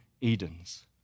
Edens